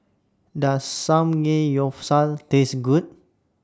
Does Samgeyopsal Taste Good